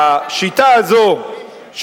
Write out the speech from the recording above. השיטה הזאת,